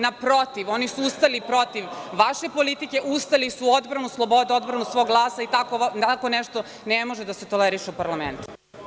Naprotiv, oni su ustali protiv vaše politike, ustali su u odbranu sloboda, odbranu svog glasa i tako nešto ne može da se toleriše u parlamentu.